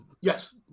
Yes